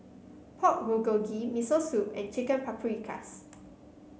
Pork Bulgogi Miso Soup and Chicken Paprikas